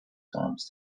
temps